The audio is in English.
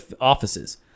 offices